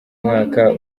mwaka